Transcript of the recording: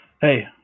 Hey